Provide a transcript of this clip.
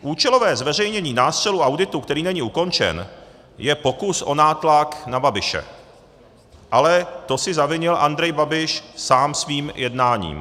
Účelové zveřejnění nástřelu auditu, který není ukončen, je pokus o nátlak na Babiše, ale to si zavinil Andrej Babiš sám svým jednáním.